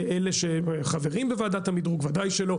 אלה שחברים בוועדת המדרוג, ודאי שלא.